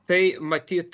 tai matyt